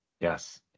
Yes